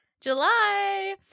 July